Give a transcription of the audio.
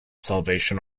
salvation